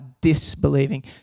disbelieving